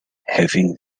having